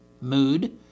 mood